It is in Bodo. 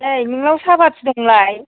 ओइ नोंनाव साह पाति दंलाय